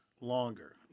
longer